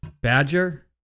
Badger